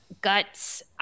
guts